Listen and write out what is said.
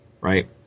Right